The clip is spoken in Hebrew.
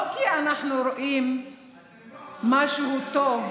לא כי אנחנו רואים משהו טוב,